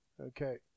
Okay